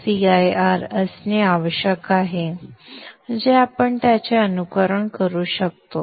cir असणे आवश्यक आहे जे आपण त्याचे अनुकरण करू शकतो